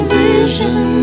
vision